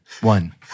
One